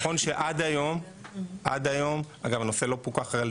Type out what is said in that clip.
עד היום עד היום אגב הנושא לא פוקח על ידי